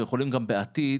ויכולים גם בעתיד,